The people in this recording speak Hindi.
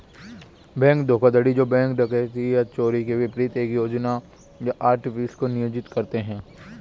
बैंक धोखाधड़ी जो बैंक डकैती या चोरी के विपरीत एक योजना या आर्टिफिस को नियोजित करते हैं